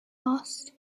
asked